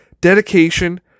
dedication